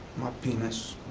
my penis,